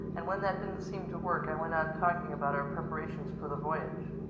and when that didn't seem to work, i went on talking about our preparations for the voyage.